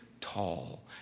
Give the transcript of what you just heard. tall